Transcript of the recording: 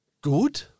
good